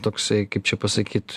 toksai kaip čia pasakyt